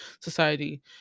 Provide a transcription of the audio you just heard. society